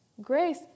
Grace